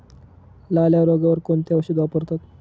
लाल्या रोगावर कोणते औषध वापरतात?